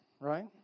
right